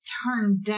turned